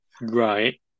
Right